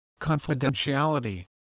confidentiality